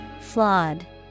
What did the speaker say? Flawed